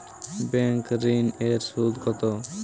Bank ঋন এর সুদ কত?